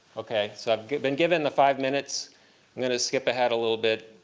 ok. so i've been given the five minutes. i'm going to skip ahead a little bit.